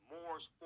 Moore's